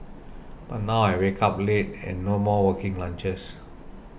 but now I wake up late and no more working lunches